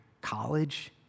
college